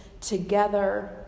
together